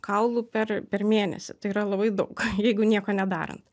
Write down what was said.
kaulų per per mėnesį tai yra labai daug jeigu nieko nedarant